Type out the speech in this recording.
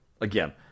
Again